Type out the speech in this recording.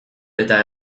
eta